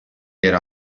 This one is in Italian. era